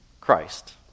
Christ